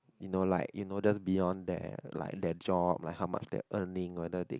you know like you know just beyond there like their job like how much they earning whether they can